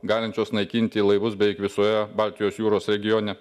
galinčios naikinti laivus beveik visoje baltijos jūros regione